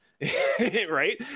right